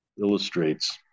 illustrates